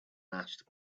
asked